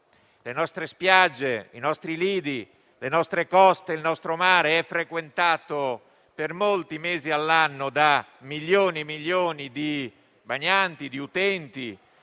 le nostre spiagge, i nostri lidi, le nostre coste, il nostro mare sono frequentati per molti mesi all'anno da milioni di bagnanti, di utenti,